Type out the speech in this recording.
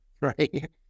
right